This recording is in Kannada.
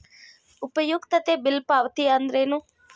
ಉಪಯುಕ್ತತೆ ಬಿಲ್ ಪಾವತಿ ಅಂದ್ರೇನು?